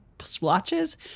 splotches